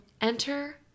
enter